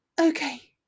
Okay